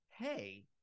hey